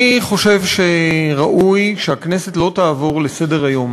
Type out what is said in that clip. אני חושב שראוי שהכנסת לא תעבור לסדר-היום